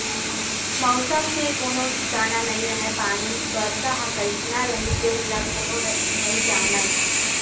मउसम के कोनो ठिकाना नइ रहय पानी, बरसा ह कइसना रही तेन ल कोनो नइ जानय